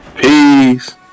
Peace